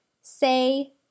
say